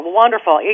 wonderful